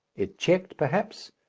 it checked, perhaps,